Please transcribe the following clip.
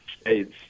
states